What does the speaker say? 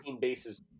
bases